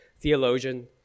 theologian